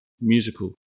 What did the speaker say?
musical